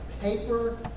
paper